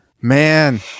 man